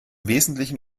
wesentlichen